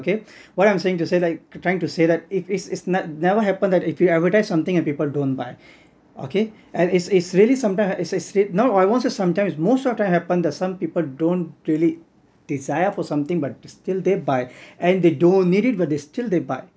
okay what I'm saying to say like trying to say that it's it's it's never happened that if you advertise something and people don't buy okay and it's it's really sometimes it's a straight no I want to sometimes most of the time happened that some people don't really desire for something but still they buy and they don't needed it but still they buy